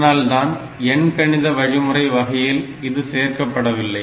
இதனால்தான் எண்கணித வழிமுறை வகையில் இது சேர்க்கப்படவில்லை